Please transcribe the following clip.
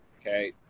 okay